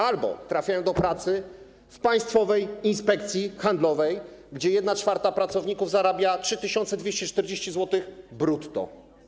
Albo trafiają do pracy w Państwowej Inspekcji Handlowej, gdzie 1/4 pracowników zarabia 3240 zł brutto.